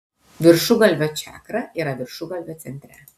viršugalvio čakra yra viršugalvio centre